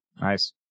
Nice